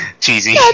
Cheesy